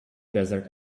desert